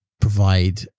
provide